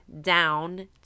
down